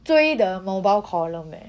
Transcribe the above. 追得的 mobile column eh